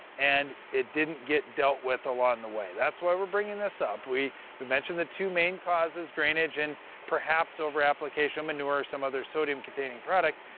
and it didn't get dealt with along the way. that's why we're bringing this up. we we mentioned the two main causes drainage and perhaps over-application of manure or some other sodium containing product.